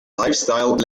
lifestyle